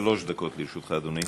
שלוש דקות לרשותך, אדוני.